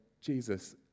Jesus